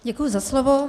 Děkuji za slovo.